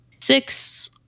Six